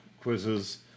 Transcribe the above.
quizzes